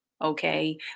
okay